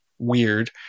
weird